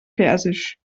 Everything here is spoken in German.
persisch